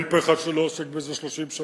אין פה אחד שעוסק בזה 30 שנה.